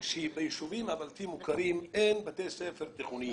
שביישובים הבלתי מוכרים אין בתי ספר תיכוניים,